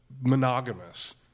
Monogamous